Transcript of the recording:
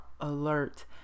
alert